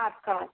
আচ্ছা